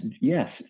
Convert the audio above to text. yes